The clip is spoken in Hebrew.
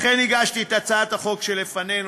לכן הגשתי את הצעת החוק שלפנינו,